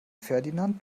ferdinand